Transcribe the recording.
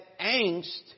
angst